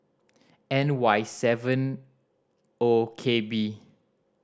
N Y seven O K B